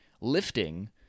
Lifting